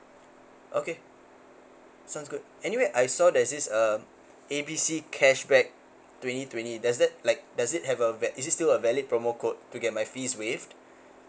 okay sounds good anyway I saw there's this uh A B C cashback twenty twenty does that like does it have a is it still a valid promo code to get my fees waived